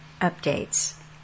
updates